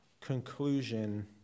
conclusion